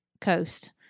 coast